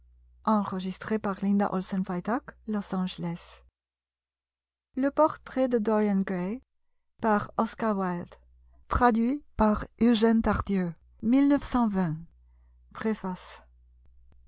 le portrait de dorian gray